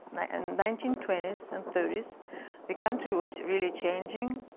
and nineteen twenty s and thirty s the country was really changing